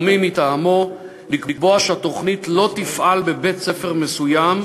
מי מטעמו לקבוע שהתוכנית לא תפעל בבית-ספר מסוים,